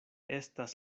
estas